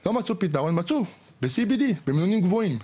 לא מצאו פתרון, מצאו ב-CBD במינונים גבוהים.